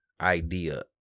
idea